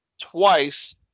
twice